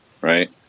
right